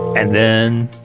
and then